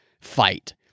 fight